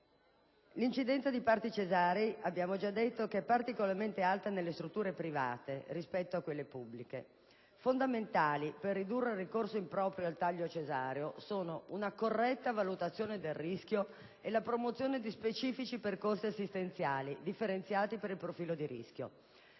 L'incidenza di parti cesarei, come è stato già detto, è particolarmente alta nelle strutture private rispetto a quelle pubbliche. Fondamentali per ridurre il ricorso improprio al taglio cesareo sono una corretta valutazione del rischio e la promozione di specifici percorsi assistenziali differenziati per il profilo di rischio.